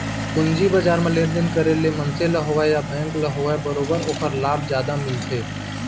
पूंजी बजार म लेन देन करे ले मनसे ल होवय या बेंक ल होवय बरोबर ओखर लाभ जादा मिलथे